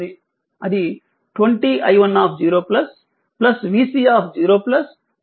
అది 20i10vC0 10 0 అవుతుంది